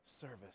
service